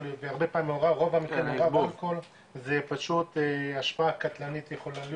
בהרבה מקרים זה פשוט השפעה קטלנית יכולה להיות,